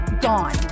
gone